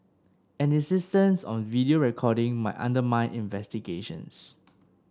an insistence on video recording might undermine investigations